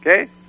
Okay